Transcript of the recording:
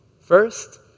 First